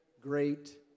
great